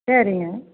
சரிங்க